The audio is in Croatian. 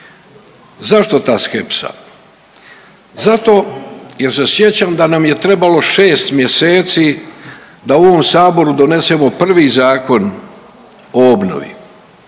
Zašto ta skepsa? Zato jer se sjećam da nam je trebalo 6 mjeseci da u ovom saboru donesemo prvi Zakon o obnovi